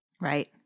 Right